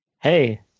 Hey